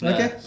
Okay